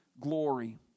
glory